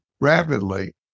rapidly